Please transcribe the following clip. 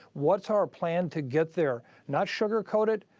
what's our plan to get there, not sugarcoat it,